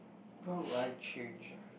what would I change ah